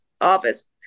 office